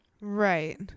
Right